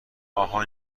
آهان